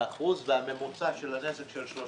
ירידה של יותר מ-6%, והממוצע של הנזק של אותם